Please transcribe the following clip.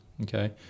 okay